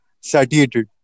Satiated